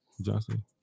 Johnson